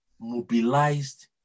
mobilized